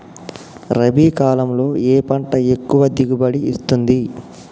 రబీ కాలంలో ఏ పంట ఎక్కువ దిగుబడి ఇస్తుంది?